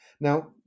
Now